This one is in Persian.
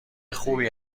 خوبی